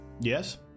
yes